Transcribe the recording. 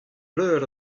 breur